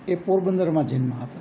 એ પોરબંદરમાં જન્મ્યા હતા